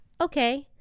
Okay